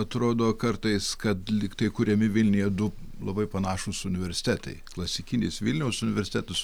atrodo kartais kad liktai kuriami vilniuje du labai panašūs universitetai klasikinis vilniaus universitetus